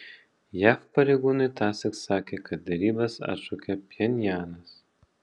jav pareigūnai tąsyk sakė kad derybas atšaukė pchenjanas